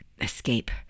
Escape